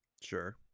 sure